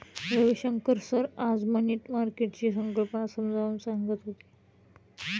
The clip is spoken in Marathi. रविशंकर सर आज मनी मार्केटची संकल्पना समजावून सांगत होते